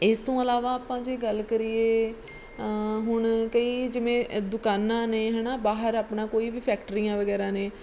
ਇਸ ਤੋਂ ਇਲਾਵਾ ਆਪਾਂ ਜੇ ਗੱਲ ਕਰੀਏ ਹੁਣ ਕਈ ਜਿਵੇਂ ਦੁਕਾਨਾਂ ਨੇ ਹੈ ਨਾ ਬਾਹਰ ਆਪਣਾ ਕੋਈ ਵੀ ਫੈਕਟਰੀਆਂ ਵਗੈਰਾ ਨੇ